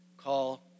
Call